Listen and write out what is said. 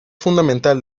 fundamental